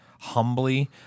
humbly